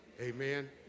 Amen